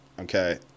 Okay